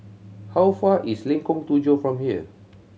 how far is Lengkong Tujuh from here